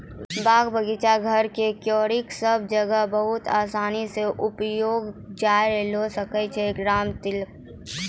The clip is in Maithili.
बाग, बगीचा, घर के क्यारी सब जगह बहुत आसानी सॅ उपजैलो जाय ल सकै छो रामतिल